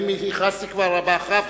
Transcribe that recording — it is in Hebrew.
האם הכרזתי כבר אחריו?